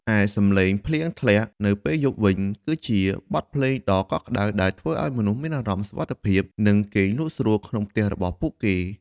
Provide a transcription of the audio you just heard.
ឯសំឡេងភ្លៀងធ្លាក់នៅពេលយប់វិញ គឺជាបទភ្លេងដ៏កក់ក្តៅដែលធ្វើឱ្យមនុស្សមានអារម្មណ៍សុវត្ថិភាព និងគេងលក់ស្រួលក្នុងផ្ទះរបស់ពួកគេ។